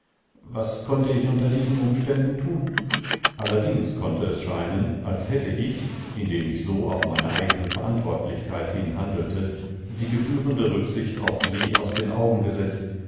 was konnte ich unter diesen umständen tun allerdings konnte es scheinen als hätte ich indem ich so auf meine eigene verantwortlichkeit hin handelte die gebührende rücksicht auf sie aus den augen gesetzt